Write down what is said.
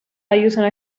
aiutano